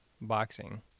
boxing